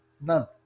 None